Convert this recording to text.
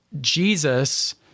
Jesus